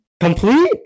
complete